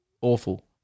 awful